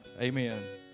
Amen